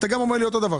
אתה אומר לי אותו דבר.